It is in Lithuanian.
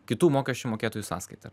kitų mokesčių mokėtojų sąskaita